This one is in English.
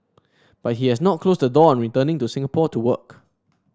but he has not closed the door on returning to Singapore to work